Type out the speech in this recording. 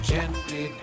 Gently